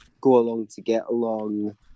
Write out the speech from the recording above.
go-along-to-get-along